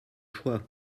choix